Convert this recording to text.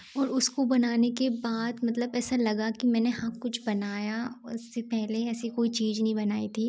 और उसको बनाने के बाद मतलब ऐसा लगा कि मैंने हाँ कुछ बनाया वो उससे पहले ऐसी कोई चीज़ नहीं बनाई थी